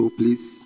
please